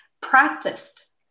practiced